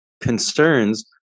Concerns